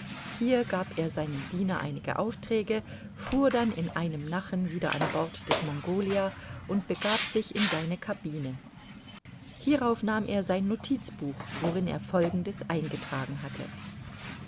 hier gab er seinem diener einige aufträge fuhr dann in einem nachen wieder an bord des mongolia und begab sich in seine cabine hierauf nahm er sein notizbuch worin er folgendes eingetragen hatte